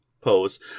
pose